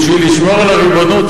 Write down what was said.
בשביל לשמור על הריבונות,